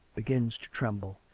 begins to tremble.